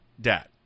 debt